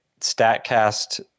StatCast